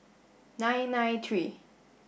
nine nine three